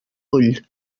ull